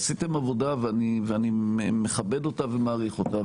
עשיתם עבודה ואני מכבד אותה ומעריך אותה,